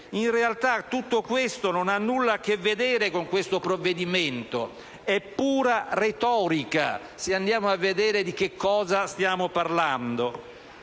In realtà, tutto questo non ha nulla a che vedere con questo provvedimento: è pura retorica, se andiamo a vedere di cosa stiamo parlando.